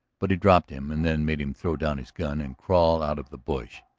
but he dropped him and then made him throw down his gun and crawl out of the brush.